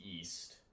East